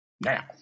Now